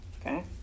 okay